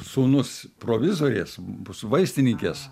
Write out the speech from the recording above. sūnus provizorės mūsų vaistininkės